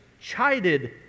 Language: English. chided